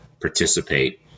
participate